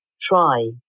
try